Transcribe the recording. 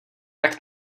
tak